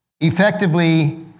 effectively